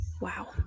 Wow